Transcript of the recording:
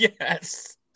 Yes